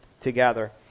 together